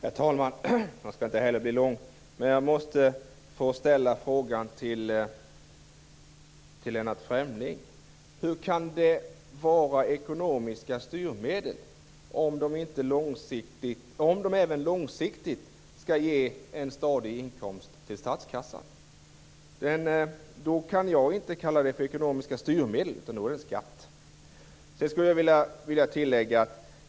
Herr talman! Jag skall inte heller bli långrandig. Men jag måste få ställa en fråga till Lennart Fremling. Hur kan de vara ekonomiska styrmedel om de även långsiktigt skall ge en stadig inkomst till statskassan? Det kan jag inte kalla för ekonomiska styrmedel, utan det är en skatt.